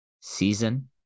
season